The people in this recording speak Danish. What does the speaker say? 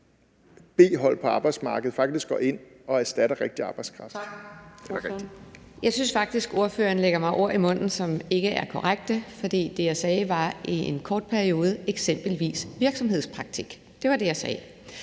B-hold på arbejdsmarkedet faktisk går ind og erstatter rigtig arbejdskraft.